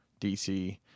DC